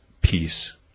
peace